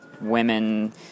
women